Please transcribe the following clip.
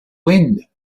wind